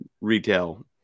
retail